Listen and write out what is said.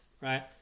right